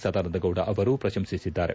ಸದಾನಂದ ಗೌಡ ಅವರು ಪ್ರಶಂಸಿಸಿದ್ದಾರೆ